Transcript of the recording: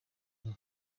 ine